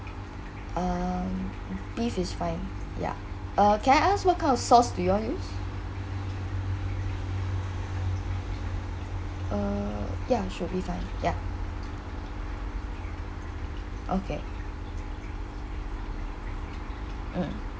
um beef is fine ya uh can I ask what kind of sauce do you all use err ya should be fine ya okay mm